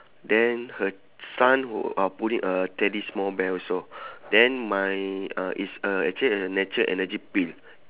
then her son who uh pulling a teddy small bear also then my uh is uh actually a natural energy pill